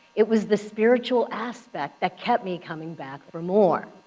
it was the spiritual aspect that kept me coming back for more.